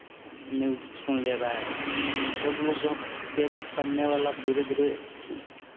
news सुन ले रहा है सब लोग अब पेपर पढ़ने वाला अब धीरे धीरे